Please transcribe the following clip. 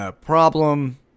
problem